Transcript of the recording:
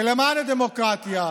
ולמען הדמוקרטיה,